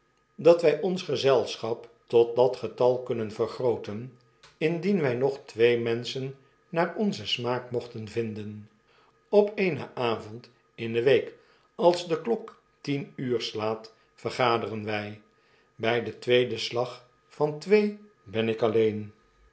dat wij ons gezelschap tot dat getal kunnen vergrooten indien wij nog twee menschen naar onzen smaak mochten vinden op eenen avond in de week als de klok tien uur slaat vergaderen wij bij dentweeden slag van twee ben ik alleen